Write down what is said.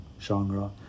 genre